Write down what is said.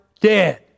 dead